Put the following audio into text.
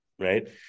Right